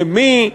למי?